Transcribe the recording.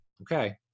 okay